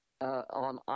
On